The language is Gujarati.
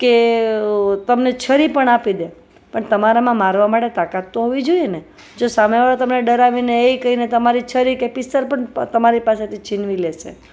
કે તમને છરી પણ આપી દે પણ તમારામાં મારવા માટે તાકાત તો હોવી જોઈએને જો સામે વાળો તમને ડરાવીને એય કહીને તમારી છરી કે પિસ્તોલ પણ તમારી પાસેથી છીનવી લેશે